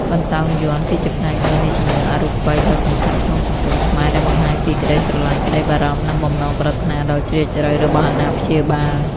បន្តោងយ័ន្ត គឺជាផ្នែកមួយនៃជំនឿអរូបីដ៏សំខាន់ក្នុងសង្គមខ្មែរ ដែលបង្ហាញពីក្ដីស្រឡាញ់ ក្ដីបារម្ភ និងបំណងប្រាថ្នាដ៏ជ្រាលជ្រៅរបស់អាណាព្យាបាល។